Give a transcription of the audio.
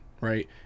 right